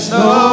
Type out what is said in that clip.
no